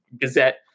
Gazette